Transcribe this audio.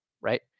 right